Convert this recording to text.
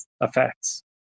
effects